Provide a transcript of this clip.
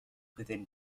within